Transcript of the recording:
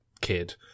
kid